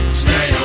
stay